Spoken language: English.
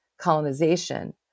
colonization